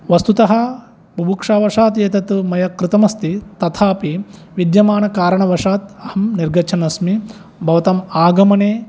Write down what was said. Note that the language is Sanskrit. वस्तुतः बुभुक्षावशात् एतत् मया कृतम् अस्ति तथापि विद्यमानकारणवशात् अहं निर्गच्छन्नस्मि भवताम् आगमने